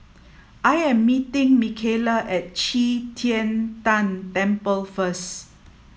I am meeting Mikaela at Qi Tian Tan Temple first